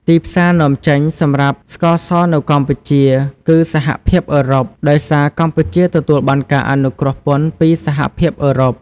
ទីផ្សារនាំចេញសំខាន់សម្រាប់ស្ករសនៅកម្ពុជា គឺសហភាពអឺរ៉ុប ដោយសារកម្ពុជាទទួលបានការអនុគ្រោះពន្ធពីសហភាពអឺរ៉ុប។